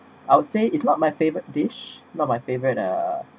I would say it's not my favourite dish not my favourite uh